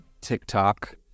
TikTok